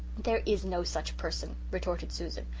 there is no such person, retorted susan.